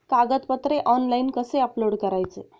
कागदपत्रे ऑनलाइन कसे अपलोड करायचे?